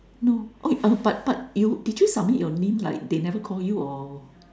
no oh but but but you did you submit like they never call you or